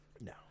No